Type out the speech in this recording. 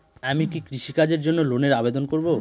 আমি কি কৃষিকাজের জন্য লোনের আবেদন করব?